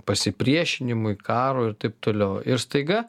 pasipriešinimui karui ir taip toliau ir staiga